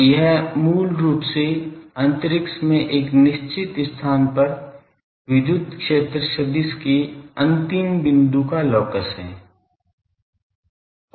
तो यह मूल रूप से अंतरिक्ष में एक निश्चित स्थान पर विद्युत क्षेत्र सदिश के अंतिम बिंदु का लॉकस है